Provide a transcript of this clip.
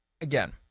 again